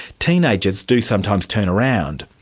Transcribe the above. teenagers do sometimes turn around.